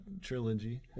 Trilogy